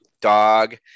dog